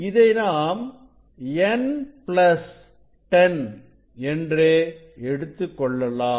இதை நாம் n 10 என்று எடுத்துக்கொள்வோம்